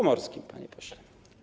Pomorskim, panie pośle.